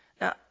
Now